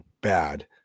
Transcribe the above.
bad